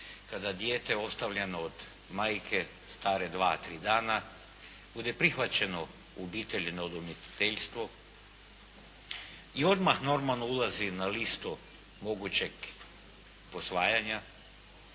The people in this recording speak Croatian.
kada je dijete ostavljeno od majke stare dva, tri dana bude prihvaćeno u obitelji na udomiteljstvo i odmah normalno ulazi na listu mogućeg posvajanja